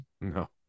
No